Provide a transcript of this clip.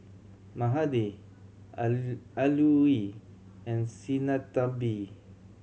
mahade Alluri and Sinnathamby